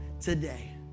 today